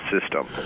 system